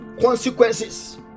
consequences